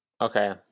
Okay